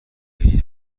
هیچ